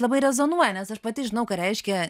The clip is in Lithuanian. labai rezonuoja nes aš pati žinau ką reiškia